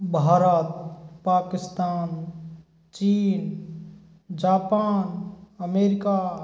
भारत पाकिस्तान चीन Japan America